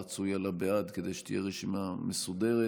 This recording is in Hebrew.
רצוי על "בעד" כדי שתהיה רשימה מסודרת.